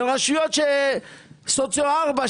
ורשויות סוציו3-4,